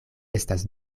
estas